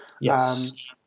Yes